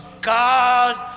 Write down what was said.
God